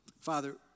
Father